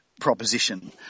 proposition